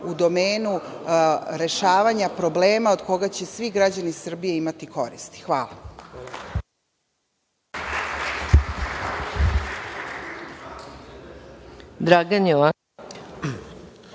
u domenu rešavanja problema od koga će svi građani Srbije imati korist. Hvala.